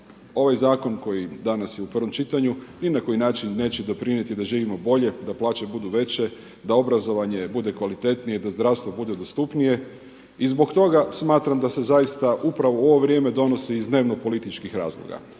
ovaj zakon koji danas je u prvom čitanju ni na koji način neće doprinijeti da živimo bolje, da plaće budu veće, da obrazovanje bude kvalitetnije i da zdravstvo bude dostupnije i zbog toga smatram da se zaista upravo u ovo vrijeme donosi iz dnevnopolitičkih razloga.